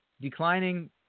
declining